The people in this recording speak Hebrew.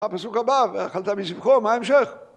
הפסוק הבא ואכלת מזבחו מה ההמשך?